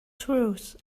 truth